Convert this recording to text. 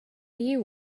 you